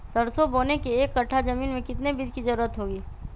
सरसो बोने के एक कट्ठा जमीन में कितने बीज की जरूरत होंगी?